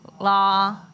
law